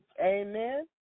Amen